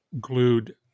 glued